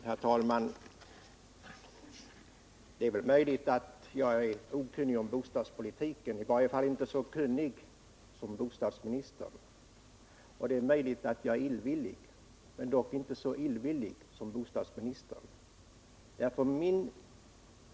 Herr talman! Det är möjligt att jag är okunnig om bostadspolitiken, i varje fallinte så kunnig som bostadsministern. Och det är möjligt att jag är illvillig, dock inte så illvillig som bostadsministern.